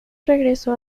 regresó